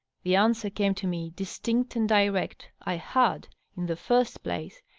the answer came to me, distinct and direct i had, in the first place,